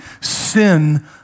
sin